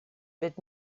wird